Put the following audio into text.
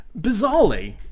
Bizarrely